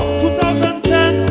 2010